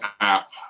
app